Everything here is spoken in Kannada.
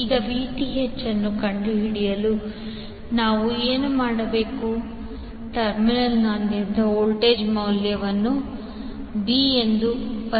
ಈಗ VTh ಅನ್ನು ಕಂಡುಹಿಡಿಯಲು ನಾವು ಏನು ಮಾಡುತ್ತೇವೆ ಟರ್ಮಿನಲ್ನಾದ್ಯಂತ ವೋಲ್ಟೇಜ್ ಮೌಲ್ಯವನ್ನು b